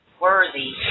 Worthy